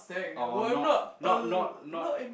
or not not not not